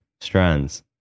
strands